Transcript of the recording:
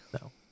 No